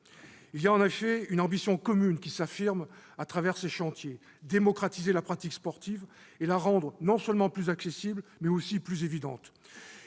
les associations. Une ambition commune s'affirme à travers ces chantiers : démocratiser la pratique sportive et la rendre non seulement plus accessible, mais aussi plus évidente.